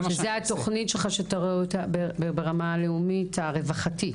זו התוכנית ברמה הלאומית מבחינת הרווחה.